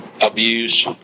abuse